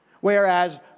Whereas